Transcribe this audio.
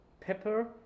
pepper